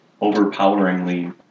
overpoweringly